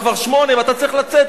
וכבר 08:00 ואתה צריך לצאת,